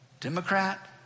Democrat